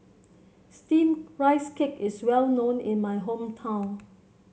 steamed Rice Cake is well known in my hometown